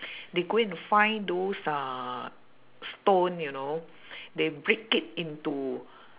they go and find those uh stone you know they break it into